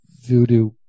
voodoo